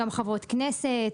גם חברות כנסת,